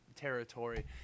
territory